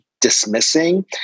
dismissing